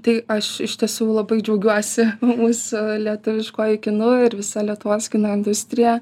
tai aš iš tiesų labai džiaugiuosi mūsų lietuviškuoji kinu ir visa lietuvos kino industrija